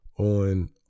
on